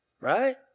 Right